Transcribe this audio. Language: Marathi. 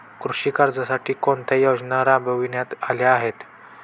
कृषी कर्जासाठी कोणत्या योजना राबविण्यात आल्या आहेत?